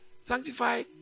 sanctify